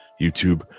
YouTube